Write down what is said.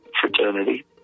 fraternity